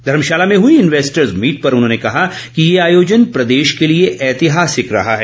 धर्मशाला में हुई investors meet पर उन्होंने कहा कि ये आयोजन प्रदेश के लिए ऐतिहासिक रहा है